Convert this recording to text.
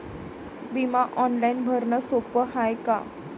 बिमा ऑनलाईन भरनं सोप हाय का?